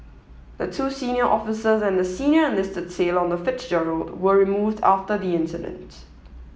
the two senior officers and the senior enlisted sailor on the Fitzgerald were removed after the incident